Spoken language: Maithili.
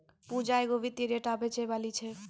पूजा एगो वित्तीय डेटा बेचैबाली छै